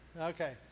Okay